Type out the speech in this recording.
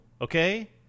okay